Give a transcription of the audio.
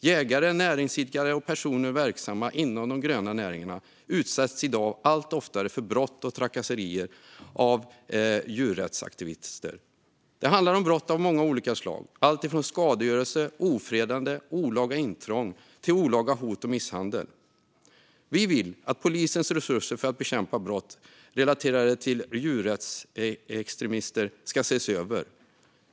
Jägare, näringsidkare och personer verksamma inom de gröna näringarna utsätts i dag allt oftare för brott och trakasserier av djurrättsaktivister. Det handlar om brott av många olika slag. Det är alltifrån skadegörelse, ofredande, olaga intrång till olaga hot och misshandel. Vi vill att polisens resurser för att bekämpa brott relaterade till djurrättsextremister ska ses över.